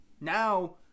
Now